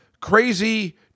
crazy